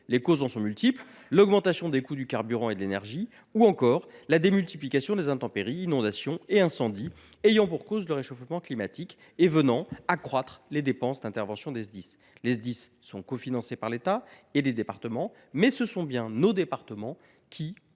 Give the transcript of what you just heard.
Les causes en sont multiples : augmentation des coûts du carburant et de l’énergie ou encore multiplication des intempéries, inondations et incendies, ayant pour cause le réchauffement climatique et venant accroître les dépenses d’interventions des Sdis. Alors que les Sdis sont cofinancés par l’État et les départements, ce sont ces derniers qui